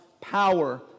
power